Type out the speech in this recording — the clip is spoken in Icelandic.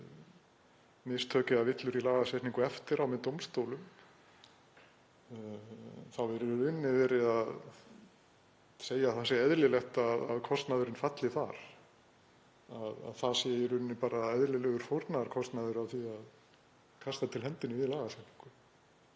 mistök eða villur í lagasetningu eftir á með dómstólum þá er í rauninni verið að segja að það sé eðlilegt að kostnaðurinn falli þar, það sé bara eðlilegur fórnarkostnaður af því að kasta til hendinni við lagasetningu.